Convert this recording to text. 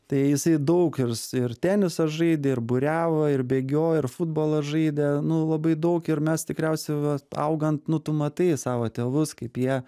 tai jisai daug ir s ir tenisą žaidė ir buriavo ir bėgiojo ir futbolą žaidė nu labai daug ir mes tikriausiai va augant nu tu matai savo tėvus kaip jie